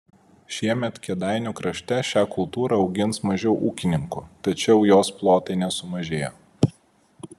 šiemet kėdainių krašte šią kultūrą augins mažiau ūkininkų tačiau jos plotai nesumažėjo